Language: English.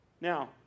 Now